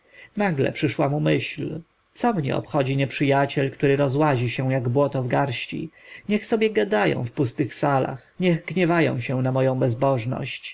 nagle przyszła mu myśl co mnie obchodzi nieprzyjaciel który rozłazi się jak błoto w garści niech sobie gadają w pustych salach niech gniewają się na moją bezbożność